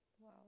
Wow